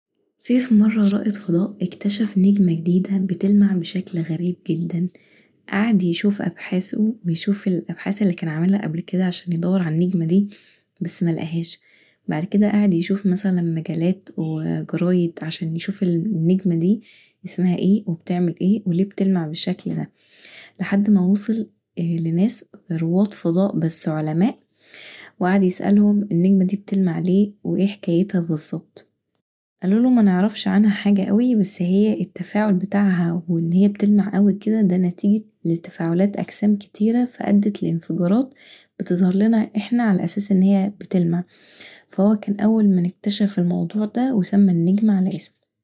فيه فمره رائد فضاء اكتشف نجمة جديده بتلمع بشكل غريب جدا، قعد يشوف ابحاثه، بيشوف الابحاث اللي كان عاملها قبل كدا عشان يدور علي النجمه دي بس ملقهاش بعد كدا قعد يشوف مثلا مجالات وجرايد عشان يشوف النجمة دي اسمها ايه وبتعمل ايه وليه بتلمع بالشكل دا، لحد ما وصل لناس رواد فضاء بس علماء وقعد يسألهم النجمه دي بتلمع ليه وايه حكايتها بالظبط، قالوله منعرفش عنها حاجه اوي بس هي التفاعل بتاعها وان هي بتلمع اوي كدا دا نتيجة تفاعل لأجسام كتيرة ادت لإنفجارات بتظهرلنا احنا علي اساس ان هي بتلمع فهو كان اول من اكتشف الموضوع دا وسمي النجمة علي اسمه.